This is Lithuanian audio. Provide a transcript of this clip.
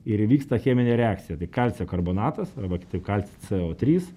ir įvyksta cheminė reakcija tai kalcio karbonatas arba kitaip kalcis c o trys